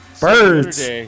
Birds